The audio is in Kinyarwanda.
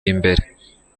imbere